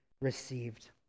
received